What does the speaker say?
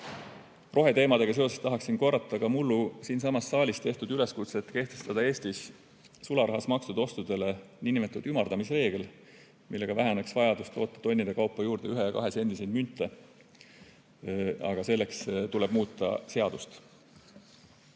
Roheteemadega seoses tahaksin korrata ka mullu siinsamas saalis tehtud üleskutset kehtestada Eestis sularahas makstud ostudele niinimetatud ümardamisreegel, millega väheneks vajadus toota tonnide kaupa juurde 1- ja 2-sendiseid münte. Aga selleks tuleb muuta seadust. Oma